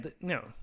no